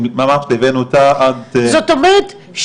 ממש הבאנו אותה עד --- זאת אומרת,